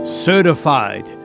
Certified